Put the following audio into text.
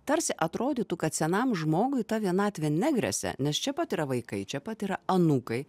tarsi atrodytų kad senam žmogui ta vienatvė negresia nes čia pat yra vaikai čia pat ir anūkai